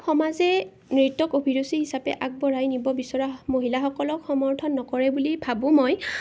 সমাজে নৃত্যক অভিৰুচি হিচাপে আগবঢ়াই নিব বিচৰা মহিলাসকলক সমৰ্থন নকৰে বুলি ভাবোঁ মই